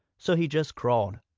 so he just crawled.